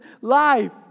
life